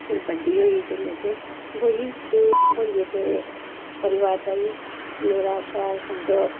फिर बड़ी होई गेई जिल्लै ते ब्होई गेई ब्होइयै ते परिवार चा बी मेरा शैल समझो